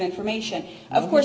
information of course